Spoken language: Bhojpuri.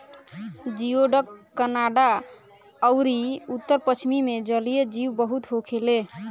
जियोडक कनाडा अउरी उत्तर पश्चिम मे जलीय जीव बहुत होखेले